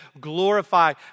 glorify